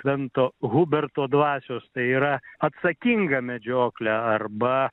švento huberto dvasios tai yra atsakinga medžioklė arba